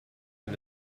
and